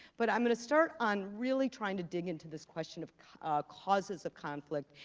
but i'm gonna start on really trying to dig into this question of causes of conflict,